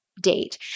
date